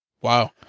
Wow